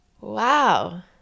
Wow